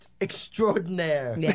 extraordinaire